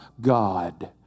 God